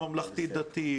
הממלכתי דתי,